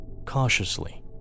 Cautiously